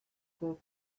gold